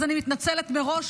אז אני מתנצלת מראש.